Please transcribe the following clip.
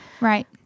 Right